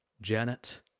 Janet